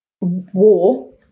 war